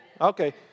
Okay